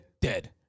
Dead